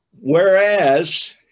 Whereas